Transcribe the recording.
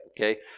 okay